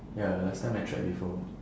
ya last time I tried before